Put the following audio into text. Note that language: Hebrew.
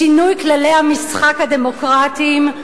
בשינוי כללי המשחק הדמוקרטיים,